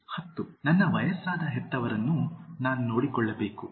10 ನನ್ನ ವಯಸ್ಸಾದ ಹೆತ್ತವರನ್ನು ನಾನು ನೋಡಿಕೊಳ್ಳಬೇಕು